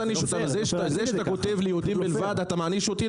בזה שאתה כותב: "ליהודים בלבד" אתה מעניש אותי?